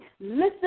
Listen